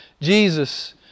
Jesus